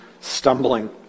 stumbling